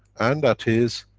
and that is,